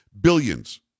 Billions